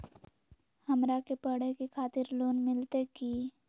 हमरा के पढ़े के खातिर लोन मिलते की?